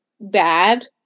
bad